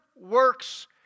works